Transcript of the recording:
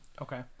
Okay